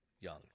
young